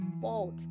fault